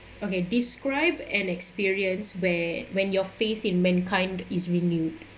okay describe an experience where when your faith in mankind is renewed